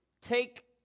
take